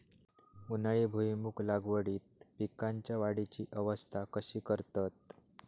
उन्हाळी भुईमूग लागवडीत पीकांच्या वाढीची अवस्था कशी करतत?